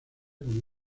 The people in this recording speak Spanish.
como